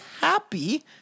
happy